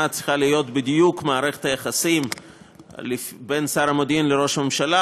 צריכה להיות בדיוק מערכת היחסים בין שר המודיעין לראש הממשלה,